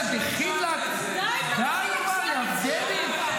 זה של אורנה ברביבאי.